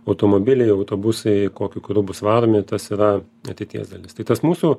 automobiliai autobusai kokiu kuru bus varomi ir tas yra ateities dalis tai tas mūsų